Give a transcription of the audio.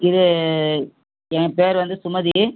இது ஏன் பேர் வந்து சுமதி